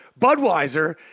Budweiser